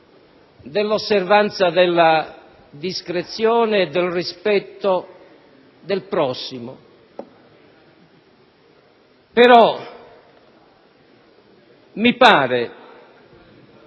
dell'osservanza della discrezione e del rispetto del prossimo, però mi pare